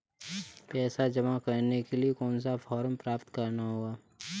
पैसा जमा करने के लिए कौन सा फॉर्म प्राप्त करना होगा?